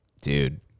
Dude